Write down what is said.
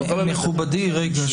מכובדי, רגע.